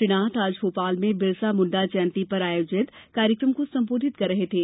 श्री नाथ आज भोपाल में बिरसा मुंडा जयंती पर आयोजित कार्यक्रम को संबोधित कर रहे थे